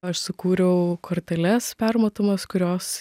aš sukūriau korteles permatomas kurios